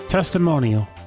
Testimonial